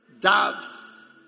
Doves